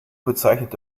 bezeichnet